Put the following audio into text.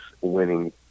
winning